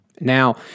Now